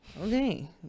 Okay